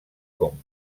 com